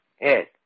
Yes